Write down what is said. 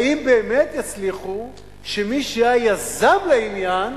האם באמת יצליחו שמי שהיה יזם לעניין